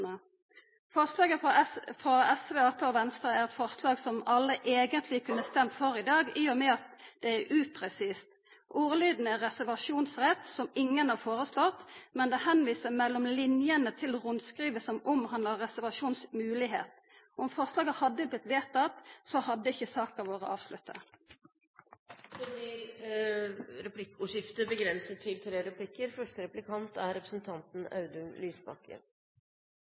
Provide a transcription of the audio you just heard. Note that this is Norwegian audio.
Forslaget frå SV, Arbeidarpartiet og Venstre er eit forslag som alle eigentleg kunne stemt for i dag, i og med at det er upresist. Ordlyden er «reservasjonsrett» – som ingen har foreslått – men det viser mellom linjene til rundskrivet som omhandlar reservasjonsmoglegheit. Om forslaget hadde vorte vedtatt, hadde ikkje saka vore avslutta. Det blir replikkordskifte. Det er veldig uvant for meg å være uenig med representanten